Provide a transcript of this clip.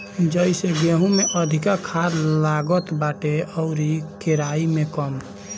जइसे गेंहू में अधिका खाद लागत बाटे अउरी केराई में कम